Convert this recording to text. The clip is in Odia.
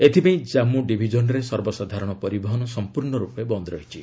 ଏଥିପାଇଁ ଜାମ୍ପୁ ଡିଭିଜନରେ ସର୍ବସାଧାରଣ ପରିବହନ ସଂପୂର୍ଣ୍ଣ ରୂପେ ବନ୍ଦ ରହିଛି